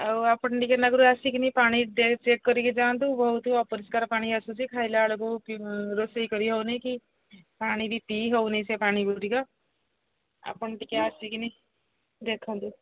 ଆଉ ଆପଣ ଟିକେ ଆସିକି ପାଣି ଚେକ୍ କରିକି ଯାଆନ୍ତୁ ବହୁତ ଅପରିଷ୍କାର ପାଣି ଆସୁଛି ଖାଇଲା ବେଳକୁ ରୋଷେଇ କରି ହେଉନି କି ପାଣି ବି ପିଇ ହେଉନି ସେ ପାଣିଗୁଡ଼ିକ ଆପଣ ଟିକେ ଆସିକି ଦେଖନ୍ତୁ